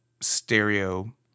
stereo